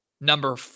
number